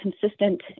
consistent